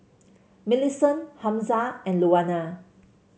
Millicent Hamza and Louanna